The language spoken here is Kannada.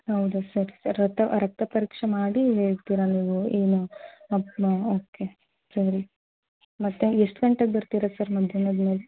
ಹೌದಾ ಸರ್ ರತ್ತ ರಕ್ತ ಪರೀಕ್ಷೆ ಮಾಡಿ ಹೇಳ್ತೀರಾ ನೀವು ಏನು ಓಕೆ ಓಕೆ ಸರಿ ಮತ್ತೆ ಎಷ್ಟು ಗಂಟೆಗೆ ಬರ್ತೀರಾ ಸರ್ ಮಧ್ಯಾಹ್ನದ ಮೇಲೆ